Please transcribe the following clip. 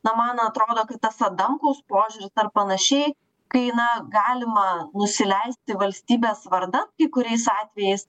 na man atrodo kad tas adamkaus požiūris ar panašiai kai na galima nusileisti valstybės vardan kai kuriais atvejais